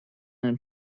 and